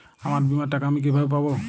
আমার বীমার টাকা আমি কিভাবে পাবো?